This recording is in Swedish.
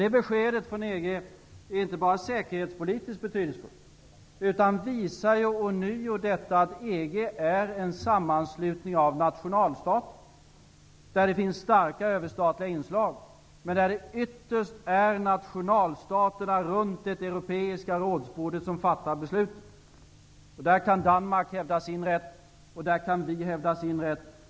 Det beskedet från EG är inte bara säkerhetspolitiskt betydelsefullt utan visar ånyo att EG är en sammanslutning av nationalstater, där det finns starka överstatliga inslag men där det ytterst är nationalstaterna som runt det europeiska rådsbordet fattar besluten. Där kan Danmark hävda sin rätt, och där kan vi hävda vår rätt.